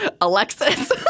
Alexis